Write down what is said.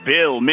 Bill